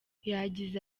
yagize